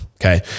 okay